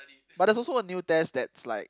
but there's also a new test that's like